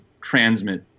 transmit